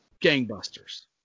gangbusters